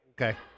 Okay